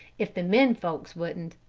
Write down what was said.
if the men-folks wouldn't.